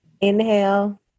Inhale